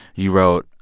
you wrote,